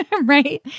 Right